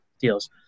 deals